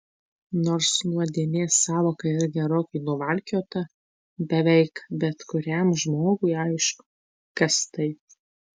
nors nuodėmės sąvoka yra gerokai nuvalkiota beveik bet kuriam žmogui aišku kas tai